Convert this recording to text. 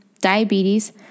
diabetes